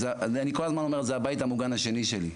ואני כל הזמן אומר, זה הבית המוגן השני שלי.